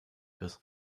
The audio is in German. bist